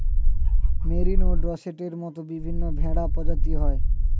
merino, ডর্সেটের মত বিভিন্ন ভেড়া প্রজাতি হয়